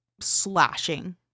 slashing